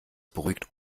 beruhigt